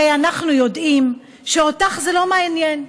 הרי אנחנו יודעים שאותך זה לא מעניין,